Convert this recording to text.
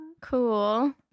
cool